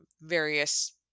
various